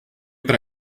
para